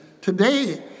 today